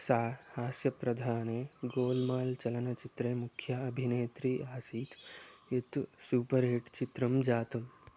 सा हास्यप्रधाने गोल् माल् चलनचित्रे मुख्या अभिनेत्री आसीत् यत् सूपर् हिट् चित्रं जातम्